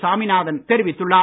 சாமிநாதன் தெரிவித்துள்ளார்